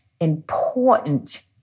important